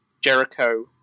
Jericho